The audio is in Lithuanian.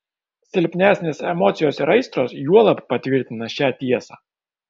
silpnesnės emocijos ir aistros juolab patvirtina šią tiesą